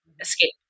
escape